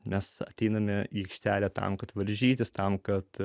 mes ateiname į aikštelę tam kad varžytis tam kad